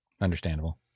Understandable